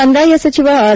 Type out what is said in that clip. ಕಂದಾಯ ಸಚಿವ ಆರ್